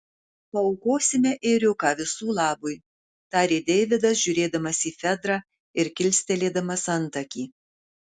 paaukosime ėriuką visų labui tarė deividas žiūrėdamas į fedrą ir kilstelėdamas antakį